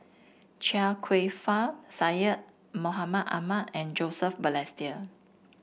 Chia Kwek Fah Syed Mohamed Ahmed and Joseph Balestier